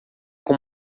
com